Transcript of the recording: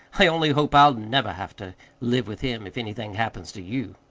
i only hope i'll never have to live with him if anything happens to you.